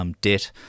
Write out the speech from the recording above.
debt